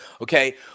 Okay